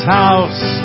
house